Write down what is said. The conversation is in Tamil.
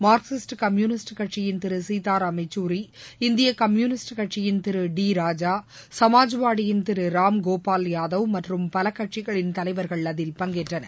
மார்க்கசிஸ்டம் கம்யூனிஸ்ட் கட்சியின் திரு சீதாராம் யெக்சூரி இந்திய கம்யூனிஸ்ட் கட்சியின் திரு டி ராஜா சமாஜ்வாதியின் திரு ராம்கோபால் யாதவ் மற்றும் பல கட்சிகளின் தலைவர்கள் அதில் பங்கேற்றனர்